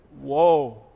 whoa